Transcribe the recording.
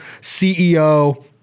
CEO